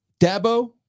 Dabo